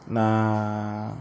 நான்